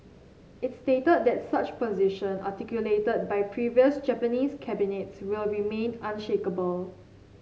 it stated that such position articulated by previous Japanese cabinets will remain unshakeable